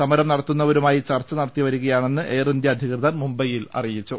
സമരം നട ത്തുന്നവരുമായി ചർച്ച നടത്തിവരികയാണെന്ന് എയർ ഇന്ത്യ അധികൃതർ മുംബൈയിൽ അറിയിച്ചു